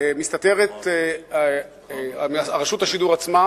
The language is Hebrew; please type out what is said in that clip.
מסתתרת רשות השידור עצמה,